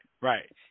right